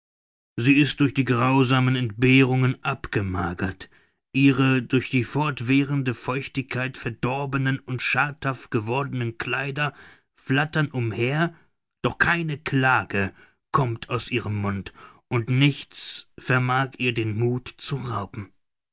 sie ist durch die grausamen entbehrungen abgemagert ihre durch die fortwährende feuchtigkeit verdorbenen und schadhaft gewordenen kleider flattern umher doch keine klage kommt aus ihrem munde und nichts vermag ihr den muth zu rauben